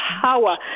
power